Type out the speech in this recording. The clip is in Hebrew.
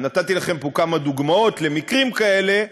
נתתי לכם פה כמה דוגמאות למקרים כאלה,